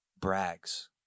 brags